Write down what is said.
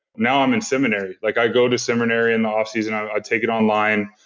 now, i'm in seminary. like i go to seminary in the off season, i take it online.